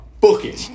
booking